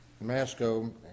Masco